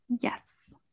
Yes